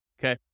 Okay